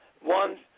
one